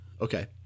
okay